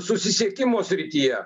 susisiekimo srityje